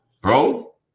Bro